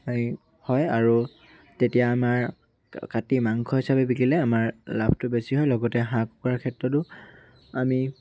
হয় আৰু তেতিয়া আমাৰ কাটি মাংস হিচাপে বিকিলে আমাৰ লাভটো বেছি হয় লগতে হাঁহ কুকুৰাৰ ক্ষেত্ৰতো আমি